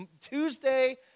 Tuesday